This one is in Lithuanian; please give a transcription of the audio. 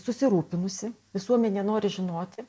susirūpinusi visuomenė nori žinoti